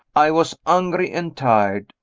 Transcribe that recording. i was hungry and tired,